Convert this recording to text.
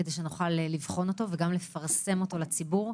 על מנת שנוכל לבחון אותו גם לפרסם אותו לציבור,